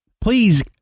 Please